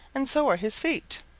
and so are his feet.